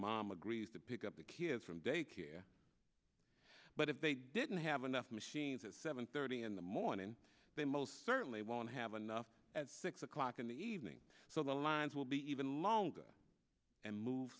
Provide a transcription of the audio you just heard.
mom agrees to pick up the kids from daycare but if they didn't have enough machines at seven thirty in the morning they most certainly won't have enough at six o'clock in the evening so the lines will be even longer and move